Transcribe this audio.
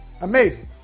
Amazing